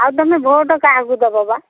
ଆଉ ତମେ ଭୋଟ୍ କାହାକୁ ଦେବ ବା